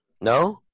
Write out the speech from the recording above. No